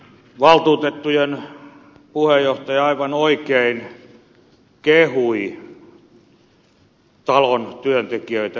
valtuutettujen puheenjohtaja aivan oikein kehui talon työntekijöitä eläkelaitoksen työntekijöitä